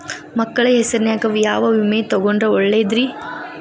ಮಕ್ಕಳ ಹೆಸರಿನ್ಯಾಗ ಯಾವ ವಿಮೆ ತೊಗೊಂಡ್ರ ಒಳ್ಳೆದ್ರಿ?